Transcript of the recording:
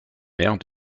maire